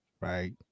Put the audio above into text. right